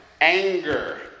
Anger